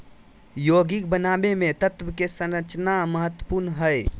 यौगिक बनावे मे तत्व के संरचना महत्वपूर्ण हय